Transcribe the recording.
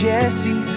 Jesse